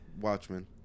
Watchmen